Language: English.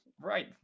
Right